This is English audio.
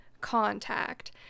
contact